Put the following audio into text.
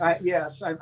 Yes